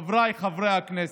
חבריי חברי הכנסת: